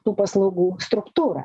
tų paslaugų struktūrą